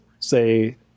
say